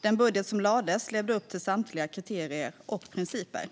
Den budget som lades fram levde upp till samtliga kriterier och principer.